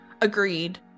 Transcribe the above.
Agreed